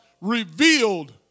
revealed